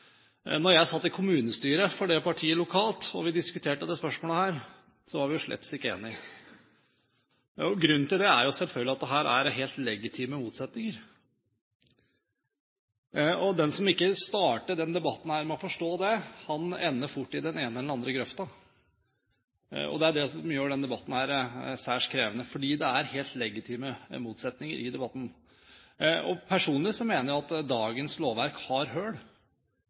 jeg satt i kommunestyret for dette partiet lokalt og vi diskuterte dette spørsmålet, var vi slettes ikke enige. Grunnen til det er jo selvfølgelig at her er det helt legitime motsetninger. Den som starter denne debatten med ikke å forstå det, ender fort i den ene eller den andre grøften. Det er det som gjør denne debatten særs krevende, for det er helt legitime motsetninger i debatten. Personlig mener jeg at dagens lovverk har